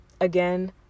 again